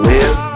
Live